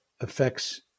affects